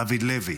דוד לוי,